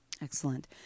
Excellent